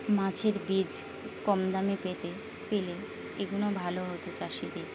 মাছের বীজ কম দামে পেতে পেলে এগুলো ভালো হতো চাষিদের